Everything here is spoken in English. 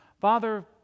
Father